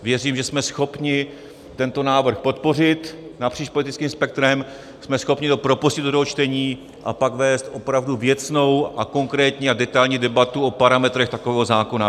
Věřím, že jsme schopni tento návrh podpořit napříč politickým spektrem, jsme schopni to propustit do druhého čtení a pak vést opravdu věcnou a konkrétní a detailní debatu o parametrech takového zákona.